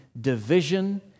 division